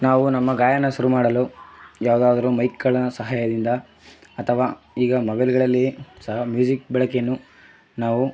ನಾವು ನಮ್ಮ ಗಾಯನ ಶುರು ಮಾಡಲು ಯಾವುದಾದ್ರು ಮೈಕ್ಗಳ ಸಹಾಯದಿಂದ ಅಥವಾ ಈಗ ಮೊಬೈಲ್ಗಳಲ್ಲಿಯೇ ಸಹ ಮ್ಯೂಸಿಕ್ ಬಳಕೆಯನ್ನು ನಾವು